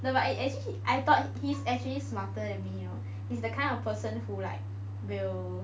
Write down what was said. no but actually he I thought he's actually smarter than me you know he's the kind of person who like will